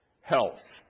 Health